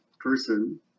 person